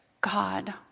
God